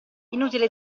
inutile